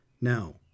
Now